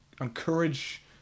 encourage